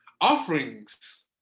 Offerings